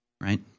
Right